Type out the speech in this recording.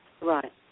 Right